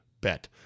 bet